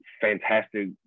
fantastic